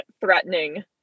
threatening